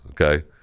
okay